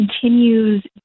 continues